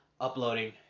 uploading